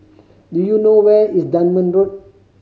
do you know where is Dunman Road